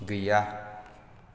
गैया